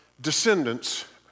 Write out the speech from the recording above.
descendants